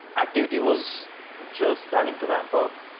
activity was just starting to ramp up.